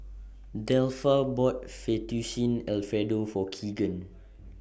Delpha bought Fettuccine Alfredo For Kegan